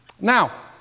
Now